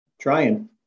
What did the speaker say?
Trying